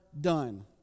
done